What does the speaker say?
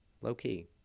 low-key